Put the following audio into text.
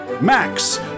Max